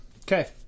Okay